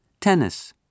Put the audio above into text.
Tennis